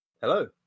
Hello